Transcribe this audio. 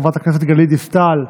חברת הכנסת גלית דיסטל,